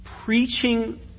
Preaching